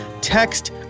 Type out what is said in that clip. text